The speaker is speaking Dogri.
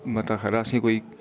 मता खरा असेंगी